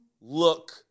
look